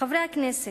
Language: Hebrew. חברי הכנסת,